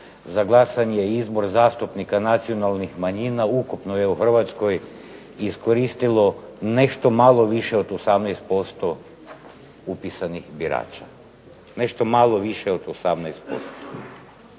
za glasanje i izbor zastupnika nacionalnih manjina ukupno je u Hrvatskoj iskoristilo nešto malo više od 18% upisanih birača. Nešto malo više od 18%.